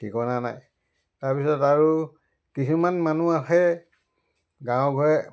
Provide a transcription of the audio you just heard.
ঠিকনা নাই তাৰপিছত আৰু কিছুমান মানুহ আছে গাঁও ঘৰে